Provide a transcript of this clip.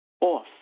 off